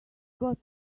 got